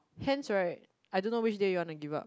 hence right I don't know which day you wanna give up